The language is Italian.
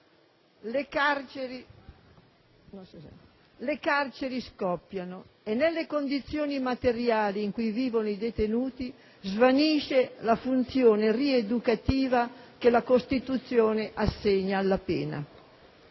Le carceri scoppiano e nelle condizioni materiali in cui vivono i detenuti svanisce la funzione rieducativa che la Costituzione assegna alla pena.